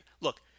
Look